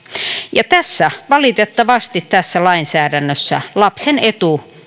ja valitettavasti tässä lainsäädännössä lapsen etu